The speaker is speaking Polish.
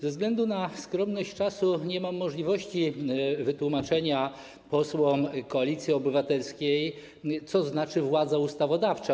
Ze względu na skromny czas nie mam możliwości wytłumaczenia posłom Koalicji Obywatelskiej, co znaczy władza ustawodawcza.